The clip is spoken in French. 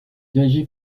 dirigées